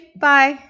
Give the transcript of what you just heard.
Bye